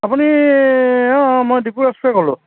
আপুনি অ' মই দিপু ক'লোঁ